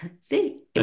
See